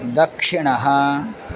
दक्षिणः